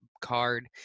card